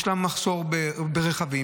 יש מחסור בכלי רכב.